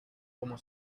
homo